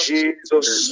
Jesus